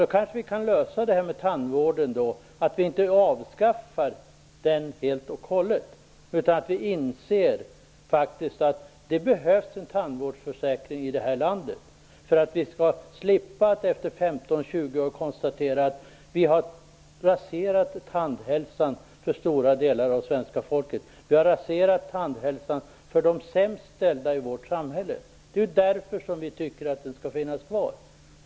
Då kanske vi kan lösa det här med tandvården, dvs. att vi inte avskaffar den helt och hållet utan inser att det faktiskt behövs en tandvårdförsäkring i detta land. Då slipper vi efter 15-20 år konstatera att vi har raserat tandhälsan för stora delar av svenska folket, att vi har raserat tandhälsan för de sämst ställda i vårt samhälle. Det är därför vi tycker att tandvårdsförsäkringen skall finnas kvar.